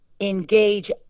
Engage